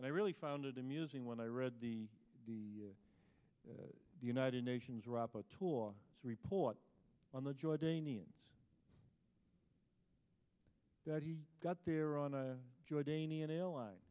and i really found it amusing when i read the the the united nations wrap up tool report on the jordanians that he got there on a jordanian airline